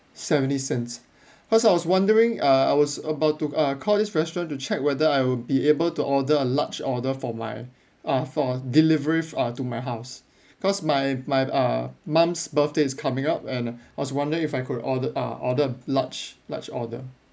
seventy cents cause I was wondering uh I was about to uh call this restaurant to check whether I would be able to order a large order for my ah for delivery f~ to my house cause my my uh mum's birthday is coming up and I was wonder if I could order ah order large large order